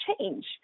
change